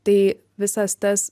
tai visas tas